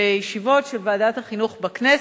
אם יצא לכם לשבת בישיבות של ועדת החינוך בכנסת,